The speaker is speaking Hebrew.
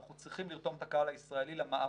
אנחנו צריכים לרתום את הקהל הישראלי למאבק,